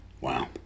Wow